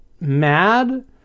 mad